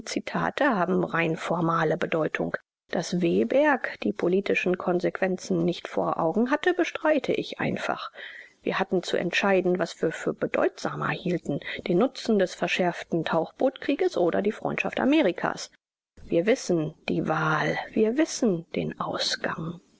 zitate haben rein formale bedeutung daß wehberg die politischen konsequenzen nicht vor augen hatte bestreite ich einfach wir hatten zu entscheiden was wir für bedeutsamer hielten den nutzen des verschärften tauchbootkrieges oder die freundschaft amerikas wir wissen die wahl wir wissen den ausgang